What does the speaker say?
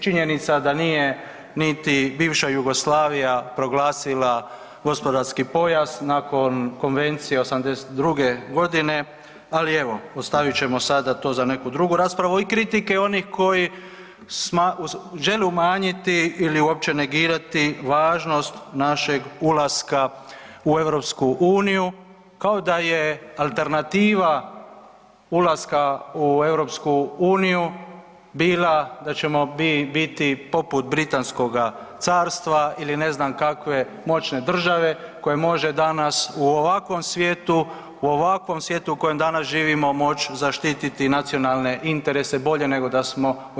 Činjenica da nije niti bivša Jugoslavija proglasila gospodarski pojas nakon konvencije '82.g., ali evo ostavit ćemo to sada za neku drugu raspravu i kritike onih koji žele umanjiti ili uopće negirati važnost našeg ulaska u EU kao da je alternativa ulaska u EU bila da ćemo biti poput Britanskoga carstva ili ne znam kakve moćne države koja može danas u ovakvom svijetu u kojem danas živimo moći zaštiti nacionalne interese bolje nego da smo u EU.